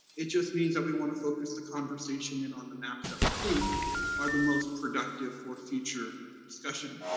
it just means that we wanna focus the conversation in on the maps that we think are the most productive for future discussion.